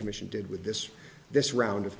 commission did with this this round